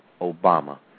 Obama